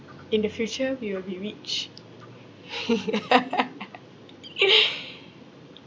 in the future we will be rich